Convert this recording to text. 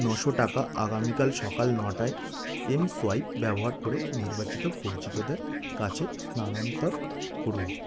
নশো টাকা আগামীকাল সকাল নটায় এমসোয়াইপ ব্যবহার করে নির্বাচিত পরিচিতদের কাছে স্থানান্তর করুন